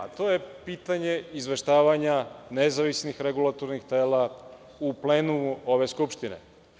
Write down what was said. To je pitanje izveštavanja nezavisnih regulatornih tela u plenumu ove Skupštine.